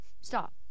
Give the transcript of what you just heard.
Stop